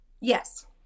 Yes